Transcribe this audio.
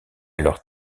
leur